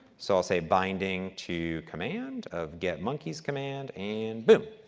so, i'll say binding to command of get monkeys command and boom.